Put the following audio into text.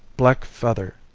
black feather,